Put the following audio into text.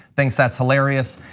thinks that's hilarious.